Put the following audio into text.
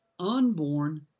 unborn